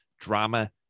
drama